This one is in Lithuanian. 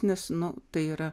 nes nu tai yra